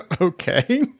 Okay